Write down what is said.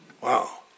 Wow